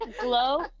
Glow